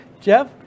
Jeff